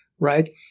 right